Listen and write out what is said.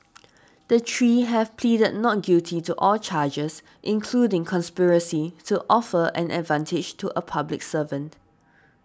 the three have pleaded not guilty to all charges including conspiracy to offer an advantage to a public servant